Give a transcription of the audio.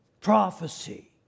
prophecy